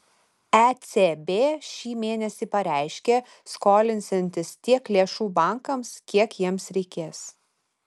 ecb šį mėnesį pareiškė skolinsiantis tiek lėšų bankams kiek jiems reikės